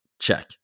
check